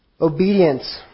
Obedience